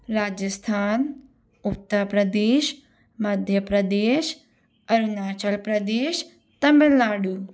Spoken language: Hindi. राजस्थान उत्तर प्रदेश मध्य प्रदेश अरुणाचल प्रदेश तमिलनाडु